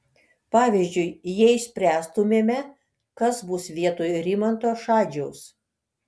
pavyzdžiui jei spręstumėme kas bus vietoj rimanto šadžiaus